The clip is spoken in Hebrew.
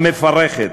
המפרכת,